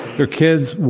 their kids,